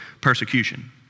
persecution